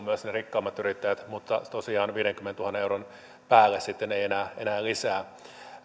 myös ne rikkaimmat yrittäjät mutta tosiaan viidenkymmenentuhannen euron päälle sitten ei tule enää lisää